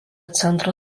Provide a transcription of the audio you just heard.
centro